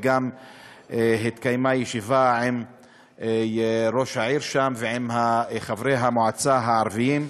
וגם התקיימה ישיבה עם ראש העיר שם ועם חברי המועצה הערבים.